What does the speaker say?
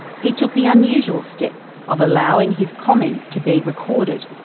he took the unusual step of allowing his comments to be recorded.